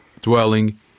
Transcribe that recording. dwelling